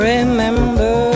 Remember